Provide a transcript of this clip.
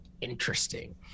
interesting